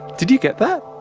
did you get that?